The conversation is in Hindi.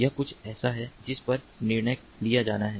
यह कुछ ऐसा है जिस पर निर्णय लिया जाना है